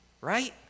right